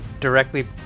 directly